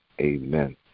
Amen